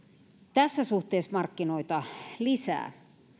tässä suhteessa markkinoita lisää